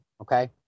okay